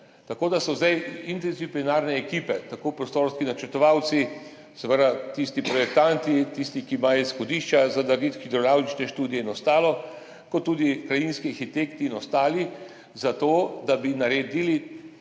tako da so zdaj interdisciplinarne ekipe, tako prostorski načrtovalci, seveda tisti projektanti, ki imajo izhodišča za narediti hidravlične študije in ostalo, kot tudi krajinski arhitekti in ostali zato, da bi naredili